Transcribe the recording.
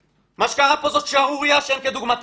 מה שקרה פה זאת שערורייה שאין כדוגמתה.